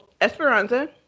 Esperanza